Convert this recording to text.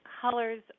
colors